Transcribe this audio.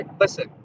Listen